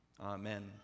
Amen